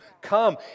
come